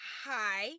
hi